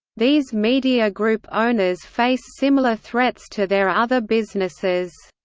these media group owners face similar threats to their other businesses.